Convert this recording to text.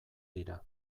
dira